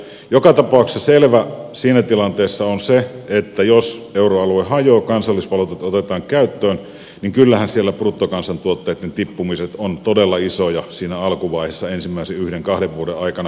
joka tapauksessa selvä siinä tilanteessa on se että jos euroalue hajoaa kansallisvaluutat otetaan käyttöön niin kyllähän siellä bruttokansantuotteiden tippumiset ovat todella isoja siinä alkuvaiheessa ensimmäisen yhden kahden vuoden aikana